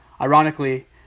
Ironically